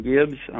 Gibbs